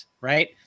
right